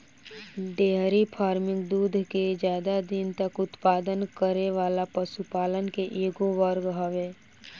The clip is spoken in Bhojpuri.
डेयरी फार्मिंग दूध के ज्यादा दिन तक उत्पादन करे वाला पशुपालन के एगो वर्ग हवे